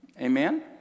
Amen